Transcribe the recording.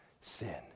sin